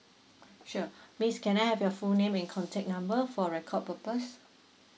sure miss can I have your full name and contact number for record purpose